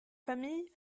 familles